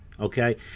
Okay